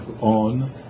on